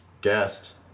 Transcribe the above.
guest